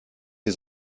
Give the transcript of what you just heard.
die